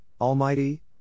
Almighty